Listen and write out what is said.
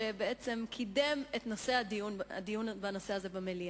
שבעצם קידם את הדיון בנושא הזה במליאה.